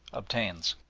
obtains.